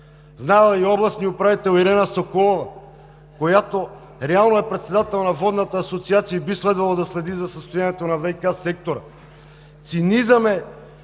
знаел е и областният управител Ирена Соколова, която реално е председател на Водната асоциация и би следвало да следи за състоянието на ВиК сектора. Цинизъм е